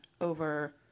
over